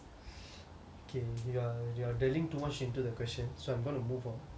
K you are you are dealing too much into the question so I'm going to move on